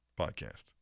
podcast